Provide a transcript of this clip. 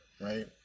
right